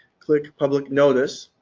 click public notice,